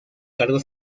cargo